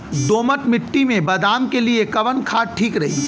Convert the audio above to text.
दोमट मिट्टी मे बादाम के लिए कवन खाद ठीक रही?